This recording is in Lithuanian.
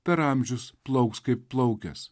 per amžius plauks kaip plaukęs